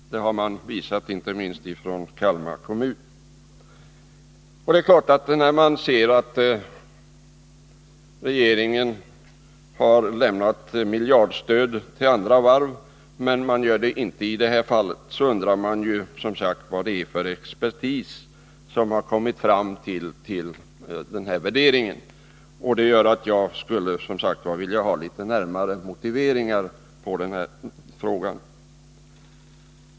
Det har man visat inte minst från Kalmar kommun. När man ser att regeringen har lämnat miljardstöd till andra varv men inte gör det i detta fall, undrar man som sagt vad det är för expertis som kommit fram till denna värdering. Det gör att jag, som jag nämnt, skulle vilja ha litet närmare motiveringar för behandlingen av denna fråga.